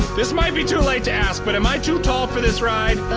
this might be too late to ask, but am i too tall for this ride?